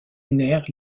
lunaire